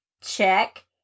Check